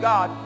God